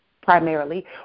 primarily